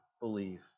believe